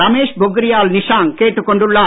ரமேஷ் பொக்ரியால் நிஷாங்க் கேட்டுக் கொண்டுள்ளார்